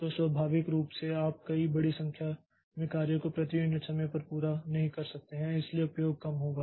तो स्वाभाविक रूप से आप कई बड़ी संख्या में कार्य को प्रति यूनिट समय में पूरा नहीं कर सकते हैं इसलिए उपयोग कम होगा